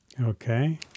okay